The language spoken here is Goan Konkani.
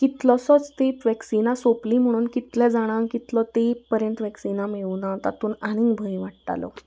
कितलोसोच ती वॅक्सिनां सोंपलीं म्हणून कितल्या जाणांक कितलो तेप पर्यंत वॅक्सिना मेळनाा तातून आनीक भंय वाडटालो